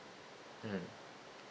mmhmm